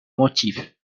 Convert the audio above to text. motifs